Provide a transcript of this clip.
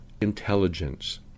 intelligence